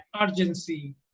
urgency